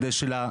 האלה.